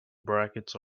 brackets